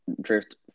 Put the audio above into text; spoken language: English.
drift